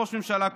ראש ממשלה כושל?